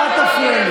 אל תפריע לי.